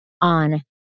on